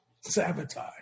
Sabotage